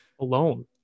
alone